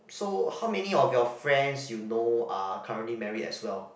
so how many of your friends you know are currently married as well